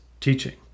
teaching